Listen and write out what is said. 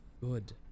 Good